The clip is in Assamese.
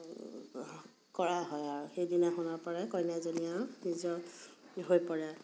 কৰা হয় আৰু সেইদিনাখনৰ পৰা কইনাজনী আৰু নিজৰ হৈ পৰে